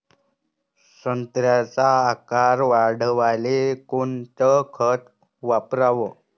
संत्र्याचा आकार वाढवाले कोणतं खत वापराव?